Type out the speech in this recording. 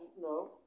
no